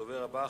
הדובר הבא,